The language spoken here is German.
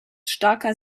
starker